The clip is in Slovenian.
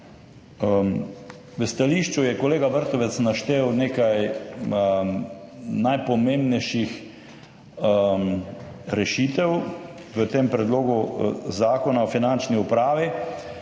V stališču je kolega Vrtovec naštel nekaj najpomembnejših rešitev v tem predlogu Zakona o finančni upravi,